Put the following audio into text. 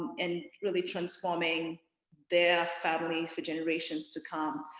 and really transforming their family for generations to come?